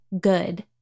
good